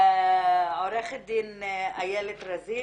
עורכת דין איילת רזין,